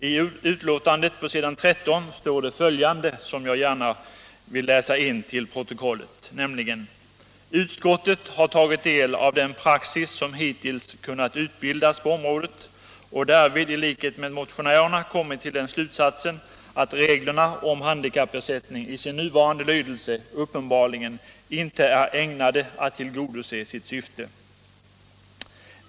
I betän kandet på s. 13 står det följande som jag gärna vill läsa in till protokollet: ”Utskottet har tagit del av den praxis som hittills hunnit utbildas på området och därvid i likhet med motionärerna —--- kommit till den slutsatsen att reglerna om handikappersättning i sin nuvarande lydelse uppenbarligen inte är ägnade att tillgodose sitt syfte.